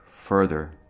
further